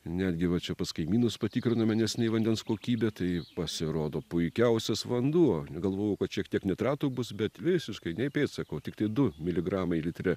netgi va čia pas kaimynus patikrinome neseniai vandens kokybę tai pasirodo puikiausias vanduo galvojau kad šiek tiek nitratų bus bet visiškai nei pėdsako tiktai du miligramai litre